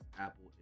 Apple